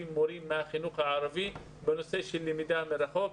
מורים מהחינוך הערבי בנושא של למידה מרחוק,